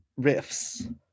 riffs